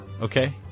okay